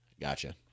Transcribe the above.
Gotcha